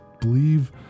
believe